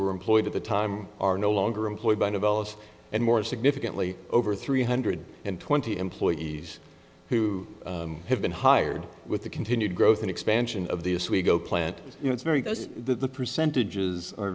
were employed at the time are no longer employed by developers and more significantly over three hundred and twenty employees who have been hired with the continued growth and expansion of this we go plant you know it's very close the percentages are